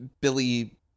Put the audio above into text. Billy